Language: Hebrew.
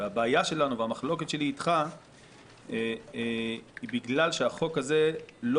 המחלוקת שלי אתך היא בגלל שהחוק הזה לא